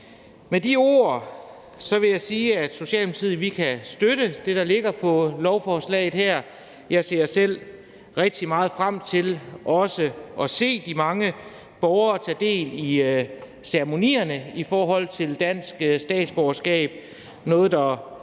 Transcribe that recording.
Med de ord vil jeg sige, at Socialdemokratiet kan støtte det, der ligger i lovforslaget her. Jeg ser selv rigtig meget frem til også at se de mange borgere tage del i ceremonierne omkring dansk statsborgerskab. Det er